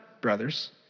brothers